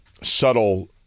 subtle